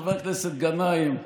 חבר הכנסת גנאים,